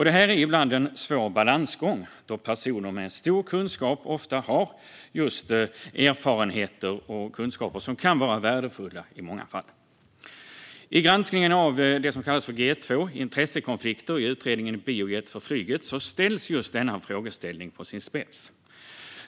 Det här är ibland en svår balansgång, då personer med stor kunskap ofta har just erfarenheter och kunskaper som kan vara värdefulla i många fall. I granskningen av det som kallas för G2, intressekonflikter i utredningen Biojet för flyget, ställs just denna frågeställning på sin spets.